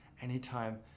Anytime